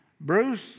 Bruce